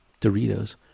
Doritos